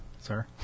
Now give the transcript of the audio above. Sir